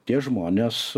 tie žmonės